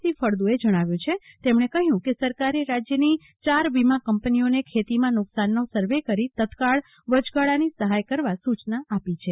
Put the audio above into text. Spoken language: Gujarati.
સી ફળદુએ જણાવ્યું છે તેમણે કહ્યું કે સરકારે રાજ્યની ચાર વિમા કંપનીઓને ખેતીમાં નુકશાનનો સર્વે કરી તંત્કાળ વચગાળાની સહાય કરવા સુચના આપી છે